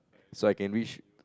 so I can reach